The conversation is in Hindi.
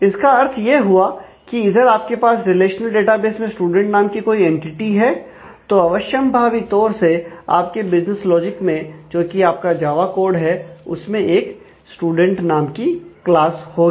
इसका अर्थ यह हुआ की इधर आपके पास आपकी रिलेशनल डेटाबेस में स्टूडेंट नाम की कोई एंटिटी है उसमें एक स्टूडेंट नाम की क्लास होगी